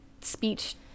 speech